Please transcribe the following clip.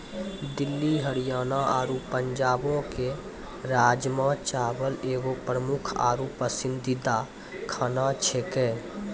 दिल्ली हरियाणा आरु पंजाबो के राजमा चावल एगो प्रमुख आरु पसंदीदा खाना छेकै